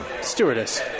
Stewardess